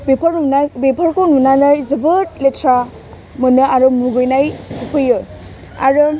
बेफोरखौ नुनानै जोबोद लेथ्रा मोनो आरो मुगैनाय फैयो आरो